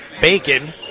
bacon